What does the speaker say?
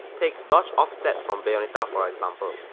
take dodge offset from bayonetta for example.